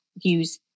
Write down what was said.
use